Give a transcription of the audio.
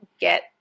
get